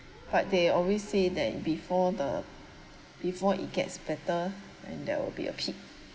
but they always say that before the before it gets better and there will be a peak